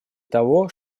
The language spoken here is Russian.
того